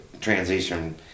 transition